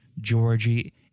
Georgie